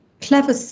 Clever